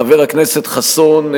חבר הכנסת חסון,